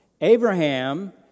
Abraham